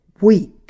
week